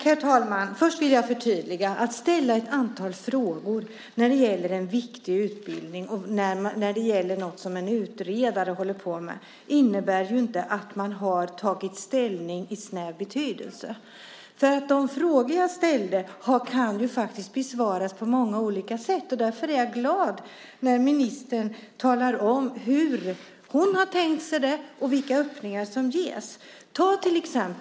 Herr talman! Först vill jag förtydliga: Att ställa ett antal frågor när det gäller en viktig utbildning och när det gäller något som en utredare håller på med innebär inte att man har tagit ställning i snäv betydelse. De frågor jag ställde kan besvaras på många olika sätt. Därför är jag glad när ministern talar om hur hon har tänkt sig det och vilka öppningar som ges.